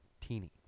teeny